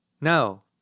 No